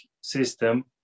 system